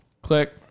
click